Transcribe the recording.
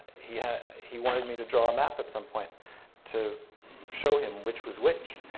he he wanted me to draw a map at some point to show him which was which,